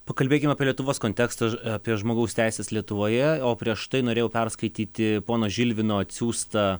pakalbėkim apie lietuvos kontekstą apie žmogaus teises lietuvoje o prieš tai norėjau perskaityti pono žilvino atsiųstą